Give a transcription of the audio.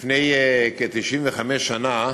לפני כ-95 שנה,